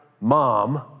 mom